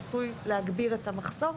זה עשוי להגביר את המחסור.